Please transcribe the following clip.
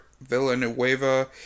Villanueva